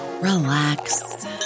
relax